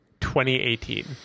2018